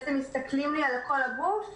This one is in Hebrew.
בעצם מסתכלים לי על כל הגוף,